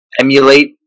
emulate